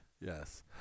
Yes